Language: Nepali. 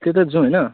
त्यतै जाउँ होइन